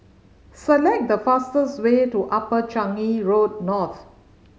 select the fastest way to Upper Changi Road North